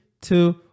two